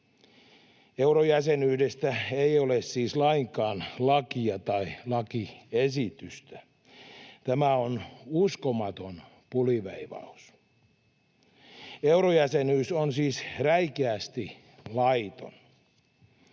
Eurojäsenyydestä ei ole siis lainkaan lakia tai lakiesitystä. Tämä on uskomaton puliveivaus. Eurojäsenyys on siis räikeästi laiton.